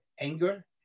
anger